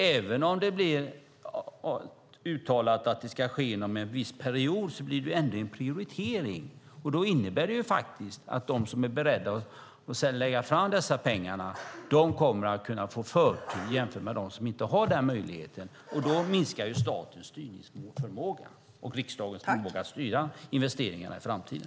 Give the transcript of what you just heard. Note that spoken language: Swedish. Även om det blir uttalat att det ska ske inom en viss period blir det ändå en prioritering, och då innebär det faktiskt att de som är beredda att lägga fram dessa pengar kommer att kunna få förtur jämfört med dem som inte har den möjligheten. Då minskar statens styrningsförmåga och riksdagens förmåga att styra investeringarna i framtiden.